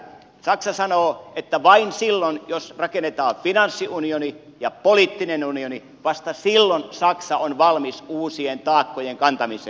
saksa sanoo että vain silloin jos rakennetaan finanssiunioni ja poliittinen unioni vasta silloin saksa on valmis uusien taakkojen kantamiseen